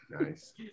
nice